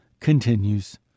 continues